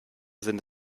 sind